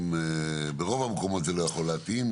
ברוב המקומות זה לא יכול להתאים,